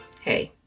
hey